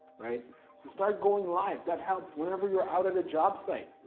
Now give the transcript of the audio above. right? so start going live, that helps. whenever you're out at a job site,